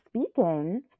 speaking